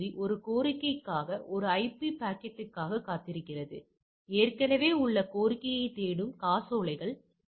இருப்பினும் 3 1 என நாம் கணித்திருக்கலாம் 3 1 என்பது 75 25 வேறொன்றும் இல்லை